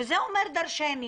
וזה אומר דרשני.